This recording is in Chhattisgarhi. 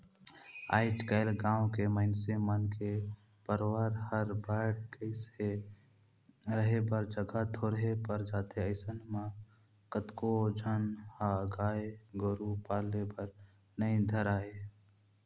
आयज कायल गाँव के मइनसे मन के परवार हर बायढ़ गईस हे, रहें बर जघा थोरहें पर जाथे अइसन म कतको झन ह गाय गोरु पाले बर नइ धरय